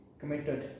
committed